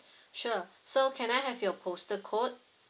sure so can I have your postal code